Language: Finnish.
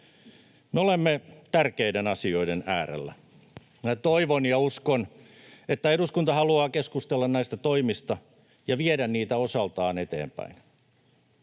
olemme tärkeiden asioiden äärellä. Minä toivon ja uskon, että eduskunta haluaa keskustella näistä toimista ja viedä niitä osaltaan eteenpäin.